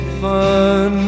fun